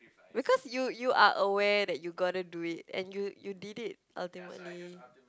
because you you are aware that you got to do it and you you did it ultimately